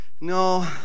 No